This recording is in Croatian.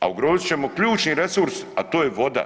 A ugrozit ćemo ključni resurs, a to je voda.